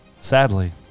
Sadly